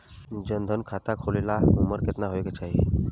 जन धन खाता खोले ला उमर केतना होए के चाही?